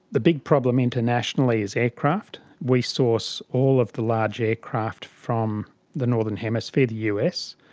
the big problem internationally is aircraft. we source all of the large aircraft from the northern hemisphere, the us.